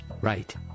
Right